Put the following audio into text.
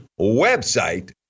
website